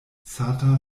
sata